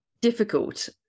difficult